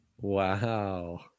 Wow